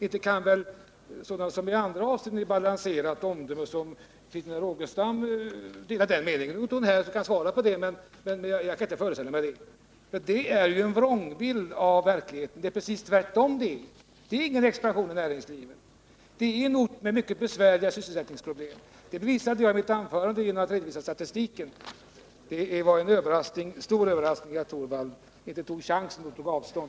Inte kan väl sådana som i andra avseenden har balanserade omdömen, som Christina Rogestam, dela den meningen. Nu är inte hon här och kan inte svara, men jag kan inte föreställa mig det. Det är ju en vrångbild av verkligheten. Det är precis tvärtom. Det sker ingen expansion i näringslivet, det är en ort med mycket besvärliga sysselsättningsproblem. Det bevisade jag i mitt anförande genom att redovisa statistiken. Det var en stor överraskning att Rune Torwald inte tog chansen att ta avstånd.